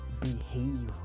behave